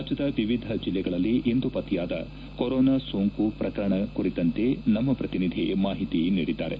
ರಾಜ್ಯದ ವಿವಿಧ ಜಿಲ್ಲೆಗಳಲ್ಲಿ ಇಂದು ಪತ್ತೆಯಾದ ಕೊರೋನಾ ಸೋಂಕು ಪ್ರಕರಣಕುರಿತಂತೆ ನಮ್ನ ಪ್ರತಿನಿಧಿಗಳು ಮಾಹಿತಿ ನೀಡಿದ್ದಾರೆ